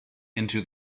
into